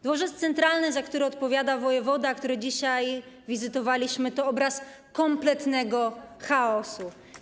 Dworzec Centralny, za który odpowiada wojewoda, który dzisiaj wizytowaliśmy, to obraz kompletnego chaosu.